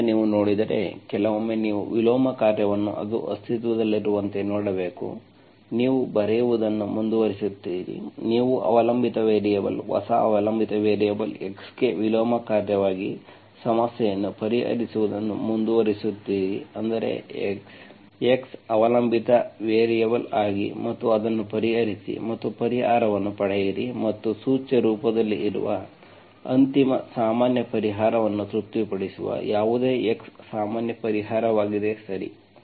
ಆದ್ದರಿಂದ ನೀವು ನೋಡಿದರೆ ಕೆಲವೊಮ್ಮೆ ನೀವು ವಿಲೋಮ ಕಾರ್ಯವನ್ನು ಅದು ಅಸ್ತಿತ್ವದಲ್ಲಿರುವಂತೆ ನೋಡಬೇಕು ನೀವು ಬರೆಯುವುದನ್ನು ಮುಂದುವರಿಸುತ್ತೀರಿ ನೀವು ಅವಲಂಬಿತ ವೇರಿಯಬಲ್ ಹೊಸ ಅವಲಂಬಿತ ವೇರಿಯಬಲ್ x ಗೆ ವಿಲೋಮ ಕಾರ್ಯವಾಗಿ ಸಮಸ್ಯೆಯನ್ನು ಪರಿಹರಿಸುವುದನ್ನು ಮುಂದುವರಿಸುತ್ತೀರಿ ಅಂದರೆ x x ಅವಲಂಬಿತ ವೇರಿಯೇಬಲ್ ಆಗಿ ಮತ್ತು ಅದನ್ನು ಪರಿಹರಿಸಿ ಮತ್ತು ಪರಿಹಾರವನ್ನು ಪಡೆಯಿರಿ ಮತ್ತು ಸೂಚ್ಯ ರೂಪದಲ್ಲಿ ಇರುವ ಅಂತಿಮ ಸಾಮಾನ್ಯ ಪರಿಹಾರವನ್ನು ತೃಪ್ತಿಪಡಿಸುವ ಯಾವುದೇ x ಸಾಮಾನ್ಯ ಪರಿಹಾರವಾಗಿದೆ ಸರಿ